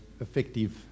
effective